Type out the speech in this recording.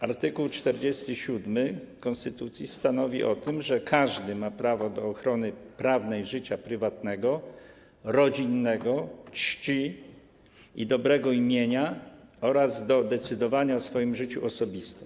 Art. 47 konstytucji stanowi o tym, że każdy ma prawo do ochrony prawnej życia prywatnego, rodzinnego, czci i dobrego imienia oraz do decydowania o swoim życiu osobistym.